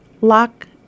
lock